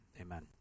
amen